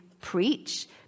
preach